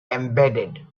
embedded